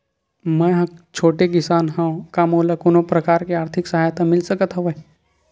मै ह छोटे किसान हंव का मोला कोनो प्रकार के आर्थिक सहायता मिल सकत हवय?